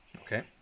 Okay